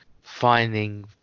finding